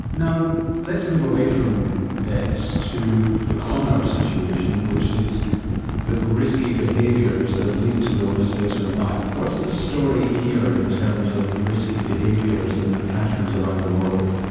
now let's move away from deaths to the commoner situation which is the risky behaviours that lead to illness later in life. what's the story here in terms of risky behaviours in the patterns around the world?